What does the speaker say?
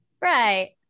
Right